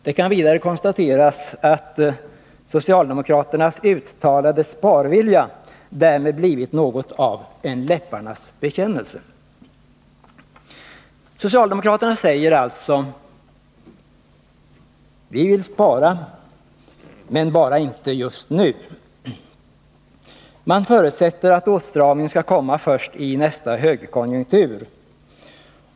Det kan vidare konstateras att socialdemokraternas uttalade sparvilja därmed blivit något av en läpparnas bekännelse. Socialdemokraterna säger alltså: Vi vill spara — men bara inte just nu. Man förutsätter att åtstramningen skall komma först i nästa högkonjunktur.